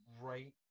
right